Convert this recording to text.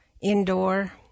indoor